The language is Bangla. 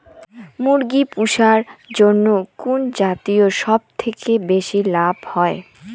মুরগি পুষার জন্য কুন জাতীয় সবথেকে বেশি লাভ হয়?